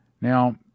Now